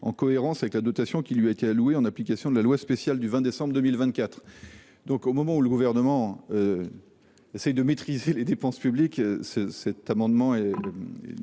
en cohérence avec la dotation qui lui a été allouée en application de la loi spéciale du 20 décembre 2024. Au moment où le Gouvernement essaie de maîtriser les dépenses publiques, cet amendement –